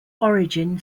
origin